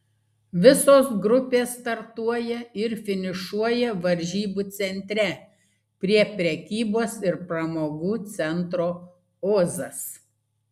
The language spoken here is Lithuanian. visos grupės startuoja ir finišuoja varžybų centre prie prekybos ir pramogų centro ozas